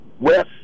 west